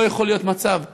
לא יכול להיות מצב שמוצר,